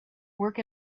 work